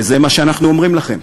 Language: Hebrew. וזה מה שאנחנו אומרים לכם,